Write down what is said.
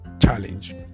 challenge